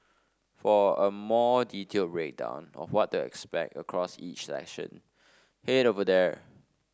for a more detailed breakdown of what to expect across each session head over here